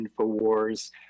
Infowars